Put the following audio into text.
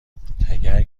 تگرگ